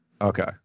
Okay